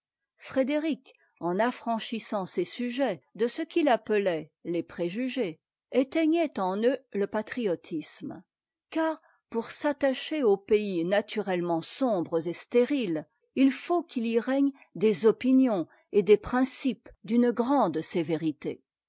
frédéric en affranchissant ses sujets de ce qu'il appelait les préjugés éteignait en eux le patriotisme car pour s'attacher aux pays naturellement sombres et stériles il faut qu'il y règne des opinions et des principes d'une grande sévérité